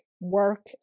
work